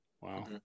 Wow